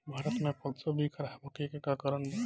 भारत में फल सब्जी खराब होखे के का कारण बा?